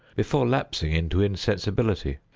before lapsing into insensibility.